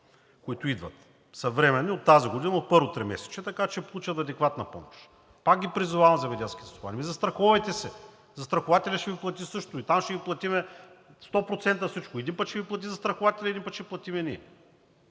които идват съвременни, от тази година, от първото тримесечие, така че е получена адекватна помощ. Пак призовавам земеделските стопани, ами, застраховайте се! Застрахователят ще Ви плати също, и там ще Ви платим 100% всичко – един път ще Ви плати застрахователят, един път ще платим ние,